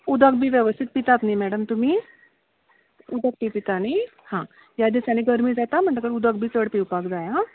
उदक बी वेवस्थीत पितात न्ही मॅडम तुमी उदक बी पिता न्ही हा ह्या दिसांनी गर्मी जाता म्हणटकत उदक बी चड पिवपाक जाय आ